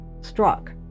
struck